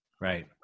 Right